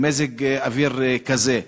במזג אוויר כזה.